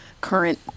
current